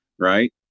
Right